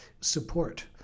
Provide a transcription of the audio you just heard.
support